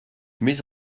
mes